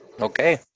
Okay